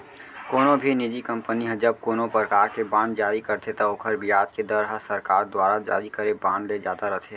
कोनो भी निजी कंपनी ह जब कोनों परकार के बांड जारी करथे त ओकर बियाज के दर ह सरकार दुवारा जारी करे बांड ले जादा रथे